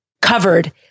covered